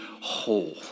whole